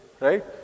right